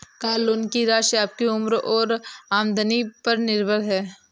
car loan की राशि आपकी उम्र और आमदनी पर निर्भर है